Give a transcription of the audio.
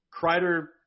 Kreider –